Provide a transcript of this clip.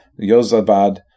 Yozabad